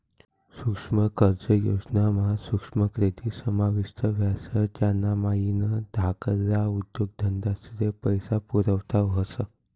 सुक्ष्म कर्ज योजना मा सुक्ष्म क्रेडीट समाविष्ट ह्रास ज्यानामाईन धाकल्ला उद्योगधंदास्ले पैसा पुरवठा व्हस